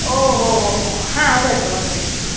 ओ हो हो हो हा वदतु वदतु ह्म्